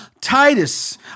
Titus